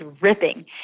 ripping